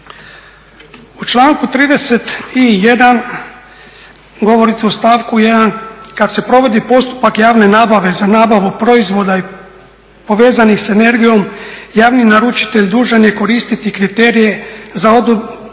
U članku 31. govorite u stavku 1. kad se provodi postupak javne nabave za nabavu proizvoda i povezanih sa energijom javni naručitelj dužan je koristiti kriterije za odabir